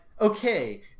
okay